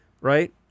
right